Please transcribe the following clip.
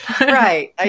Right